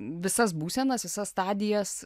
visas būsenas visas stadijas